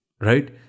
right